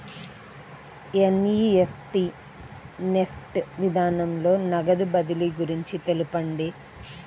NEFT NEFT విధానంలో నగదు బదిలీ గురించి తెలుపండి?